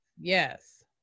Yes